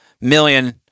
million